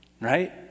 right